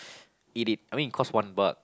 eat it I mean it cost one buck